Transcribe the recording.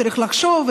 וצריך לחשוב,